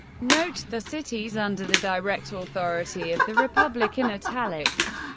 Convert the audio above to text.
note the cities under the direct ah authority of the republic in italics.